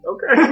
Okay